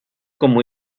como